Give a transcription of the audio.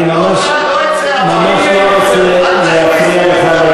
אני ממש לא רוצה להפריע לך,